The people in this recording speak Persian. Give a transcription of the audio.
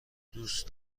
دوست